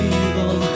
evil